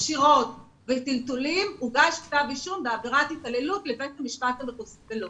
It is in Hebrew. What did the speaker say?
קשירות וטלטולים הוגש כתב אישום בעבירת התעללות לבית המשפט המחוזי.